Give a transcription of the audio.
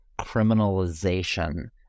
criminalization